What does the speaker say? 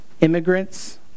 immigrants